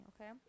okay